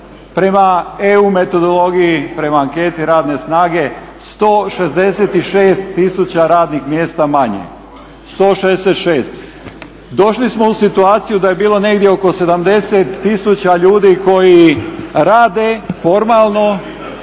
prema EU metodologiji, prema anketi radne snage? 166 tisuća radnih mjesta manje. Došli smo u situaciju da je bilo negdje oko 70 tisuća ljudi koji rade formalno,